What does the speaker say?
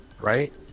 Right